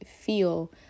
feel